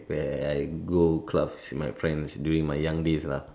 when I go clubs with my friends during my young days lah